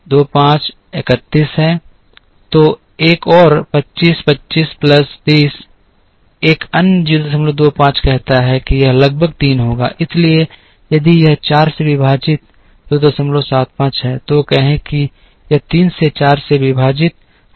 तो एक और 25 25 प्लस 30 एक अन्य 025 कहता है कि यह लगभग 3 होगा इसलिए यदि यह 4 से विभाजित 275 है तो कहें कि यह 3 से 4 से विभाजित है